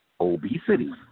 Obesity